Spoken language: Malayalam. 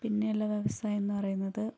പിന്നെയുള്ള വ്യവസായമെന്ന് പറയുന്നത്